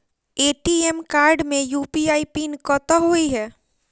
ATM card मे UPI PIN कतह होइ है?